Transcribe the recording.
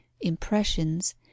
impressions